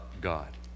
God